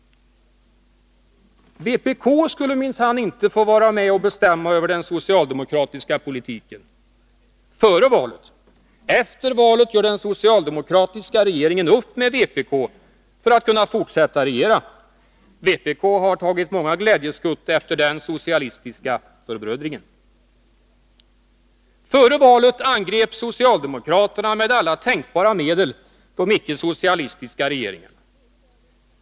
Vpk skulle minnsann inte få vara med och bestämma över den socialdemokratiska politiken — före valet. Efter valet gör den socialdemokratiska regeringen upp med vpk för att kunna fortsätta att regera. Vpk har tagit många glädjeskutt efter den socialistiska förbrödringen. Före valet angrep socialdemokraterna med alla tänkbara medel de icke-socialistiska regeringarna.